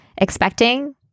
expecting